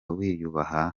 wiyubaha